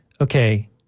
Okay